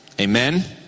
Amen